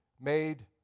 made